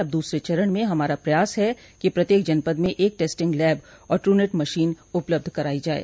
अब दूसरे चरण में हमारा प्रयास है कि प्रत्येक जनपद में एक टेस्टिंग लैब और ट्रूनेट मशीन उपलब्ध कराई जाये